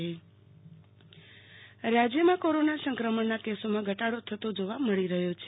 આરતી ભદ્દ રાજય કોરોના રાજ્યમાં કોરોના સંક્રમણના કેસોમાં ઘટાડો થતો જોવા મળી રહ્યો છે